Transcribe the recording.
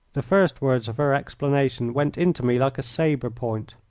the first words of her explanation went into me like a sabre-point.